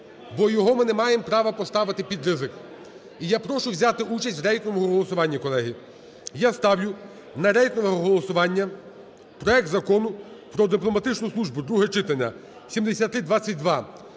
бо його ми не маємо права поставити під ризик. І я прошу взяти участь в рейтинговому голосуванні, колеги, Я ставлю на рейтингове голосування проект Закону про дипломатичну службу (друге читання, 7322).